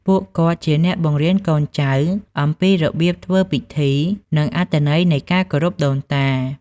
ពួកគាត់ជាអ្នកបង្រៀនកូនចៅអំពីរបៀបធ្វើពិធី និងអត្ថន័យនៃការគោរពដូនតា។